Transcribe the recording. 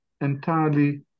entirely